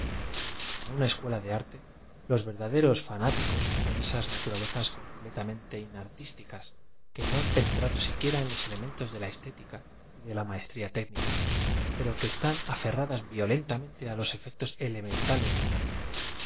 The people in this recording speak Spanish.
n una escuela de arte los verdaderos fanáticos son eeas naturalezas corupletamente inartibticaa que no han penetrado siquiera en los elementos de la ee tética y de la maestria técnica pero que eetán afe rradas violentam ente á ios efectos eumtntalté de un arte